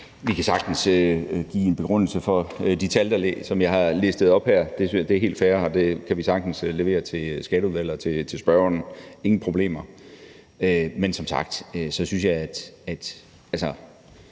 Vi kan sagtens give en begrundelse for de tal, som jeg har listet op her – det er helt fair, og det kan vi sagtens levere til Skatteudvalget og til spørgeren, ingen problemer. Men som sagt synes jeg, at